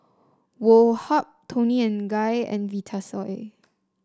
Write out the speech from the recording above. Woh Hup Toni and Guy and Vitasoy